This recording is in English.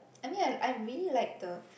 I mean I I really like the